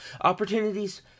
opportunities